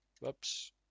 Whoops